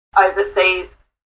overseas